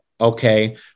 okay